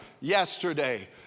yesterday